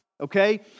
Okay